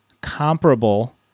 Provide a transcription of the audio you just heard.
comparable